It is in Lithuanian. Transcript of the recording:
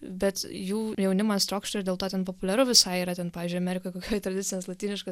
bet jų jaunimas trokšta ir dėl to ten populiaru visai yra ten pavyzdžiui amerikoj kokioj tradicinės lotyniškos